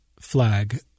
flag